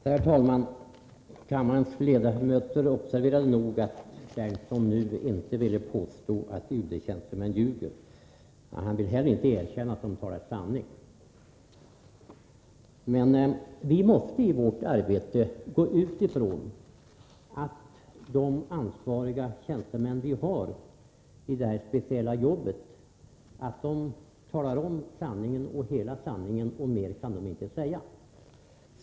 Herr talman! Kammarens ledamöter observerade nog att Nils Berndtson nu inte ville påstå att UD-tjänstemän ljuger — men han ville inte heller erkänna att de talar sanning. Vi måste i vårt arbete gå ut ifrån att de ansvariga tjänstemännen i detta speciella jobb talar om sanningen och hela sanningen — mer kan de inte säga.